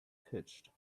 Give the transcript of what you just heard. pitched